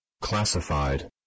Classified